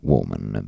Woman